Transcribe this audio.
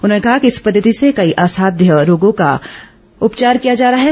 उन्होंने कहा कि इस पद्धति से कई आसाध्य रोगों का उपचार किया जा रहा है